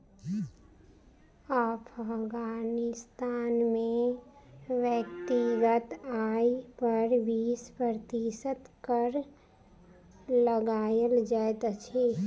अफ़ग़ानिस्तान में व्यक्तिगत आय पर बीस प्रतिशत कर लगायल जाइत अछि